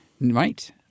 Right